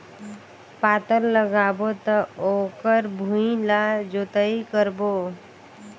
पातल लगाबो त ओकर भुईं ला जोतई करबो?